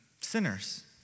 Sinners